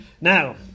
Now